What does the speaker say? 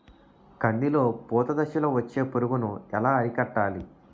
కందిలో పూత దశలో వచ్చే పురుగును ఎలా అరికట్టాలి?